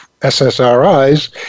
SSRIs